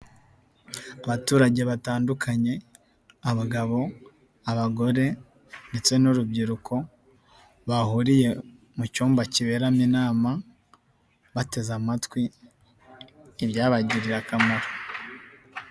Abaturage batandukanye, abagabo, abagore ndetse n'urubyiruko, bahuriye mu cyumba kiberamo inama, bateze amatwi, ibyabagirira akamaro.